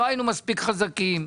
לא היינו מספיק חזקים.